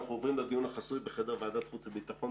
אנחנו עוברים לדיון החסוי בחדר ועדת החוץ והביטחון.